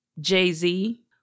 Jay-Z